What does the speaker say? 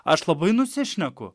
aš labai nusišneku